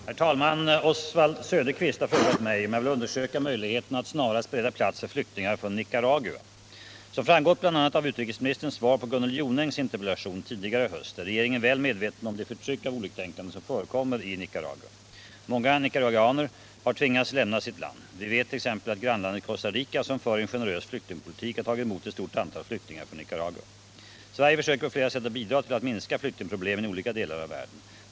Herr talman! Oswald Söderqvist har frågat mig om jag vill undersöka möjligheterna att snarast bereda plats för flyktingar från Nicaragua. Som har framgått bl.a. av utrikesministerns svar på Gunnel Jonängs interpellation tidigare i höst är regeringen väl medveten om det förtryck av oliktänkande som förekommer i Nicaragua. Många nicaraguaner har tvingats lämna sitt land. Vi vet t.ex. att grannlandet Costa Rica, som för en generös flyktingpolitik, har tagit emot ett stort antal flyktingar från Nicaragua. Sverige försöker på flera sätt att bidra till att minska flyktingproblemen i olika delar av världen.